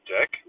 Deck